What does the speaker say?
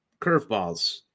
Curveballs